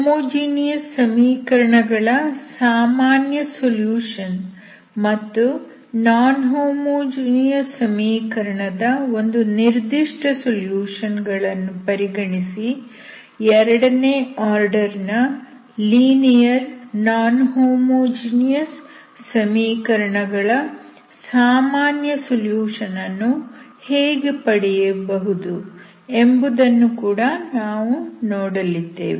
homogeneous ಸಮೀಕರಣ ಗಳ ಸಾಮಾನ್ಯ ಸೊಲ್ಯೂಷನ್ ಮತ್ತು ನಾನ್ ಹೋಮೋಜಿನಿಯಸ್ ಸಮೀಕರಣ ದ ಒಂದು ನಿರ್ದಿಷ್ಟ ಸೊಲ್ಯೂಷನ್ ಗಳನ್ನು ಪರಿಗಣಿಸಿ ಎರಡನೇ ಆರ್ಡರ್ ನ ಲೀನಿಯರ್ ನಾನ್ ಹೋಮೋಜೀನಿಯಸ್ ಸಮೀಕರಣ ಗಳ ಸಾಮಾನ್ಯ ಸೊಲ್ಯೂಷನ್ ಅನ್ನು ಹೇಗೆ ಪಡೆಯಬಹುದು ಎಂಬುದನ್ನು ಕೂಡ ನಾವು ನೋಡಲಿದ್ದೇವೆ